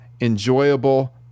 enjoyable